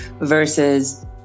versus